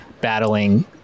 battling